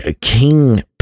king